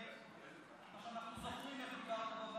די, די, מכחיש קורונה,